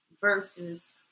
versus